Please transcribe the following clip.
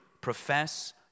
profess